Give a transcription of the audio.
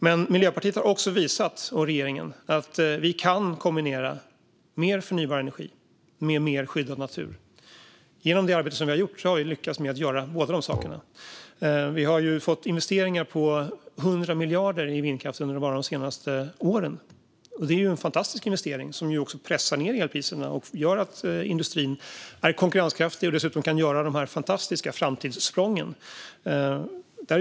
Men Miljöpartiet och regeringen har också visat att vi kan kombinera mer förnybar energi med mer skyddad natur. Genom det arbete som vi har gjort har vi lyckats med båda dessa saker. Vi har fått investeringar på 100 miljarder i vindkraft under bara de senaste åren. Det är fantastiska investeringar som också pressar ned elpriserna och gör så att industrin är konkurrenskraftig och kan göra dessa fantastiska framtidssprång.